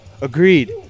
agreed